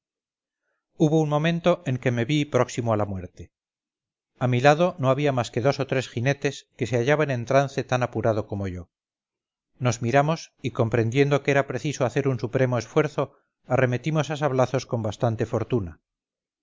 hubo un momento en que me vi próximo a la muerte a mi lado no había más que dos o tres jinetes que se hallaban en trance tan apurado como yo nos miramos y comprendiendo que era preciso hacer un supremo esfuerzo arremetimos a sablazos con bastante fortuna